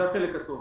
זה החלק הטוב.